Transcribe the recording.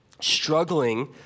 Struggling